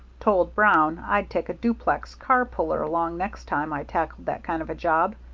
told brown i'd take a duplex car-puller along next time i tackled that kind of a job,